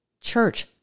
church